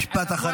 ) משפט אחרון.